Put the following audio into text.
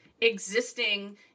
existing